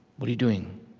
what are you doing?